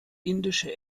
indische